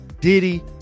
Diddy